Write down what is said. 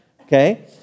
okay